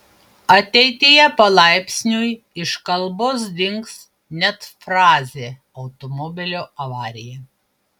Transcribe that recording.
ateityje palaipsniui iš kalbos dings net frazė automobilio avarija